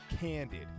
candid